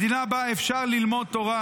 מדינה שבה אפשר ללמוד תורה,